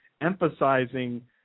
emphasizing